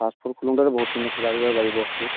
fast food খুলোতে বহুত কিবা কিবি লাগিব বস্তু